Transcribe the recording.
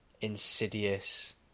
insidious